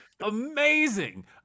amazing